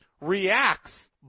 reacts